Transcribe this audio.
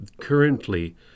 currently